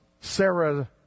Sarah